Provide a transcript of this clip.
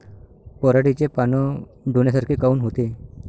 पराटीचे पानं डोन्यासारखे काऊन होते?